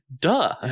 duh